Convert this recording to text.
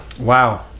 Wow